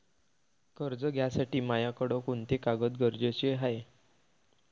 कर्ज घ्यासाठी मायाकडं कोंते कागद गरजेचे हाय?